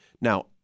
Now